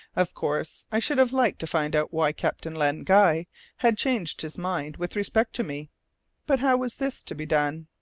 of course i should have liked to find out why captain len guy had changed his mind with respect to me but how was this to be done?